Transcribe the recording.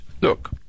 look